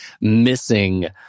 missing